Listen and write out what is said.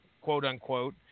quote-unquote